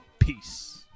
Peace